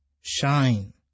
shine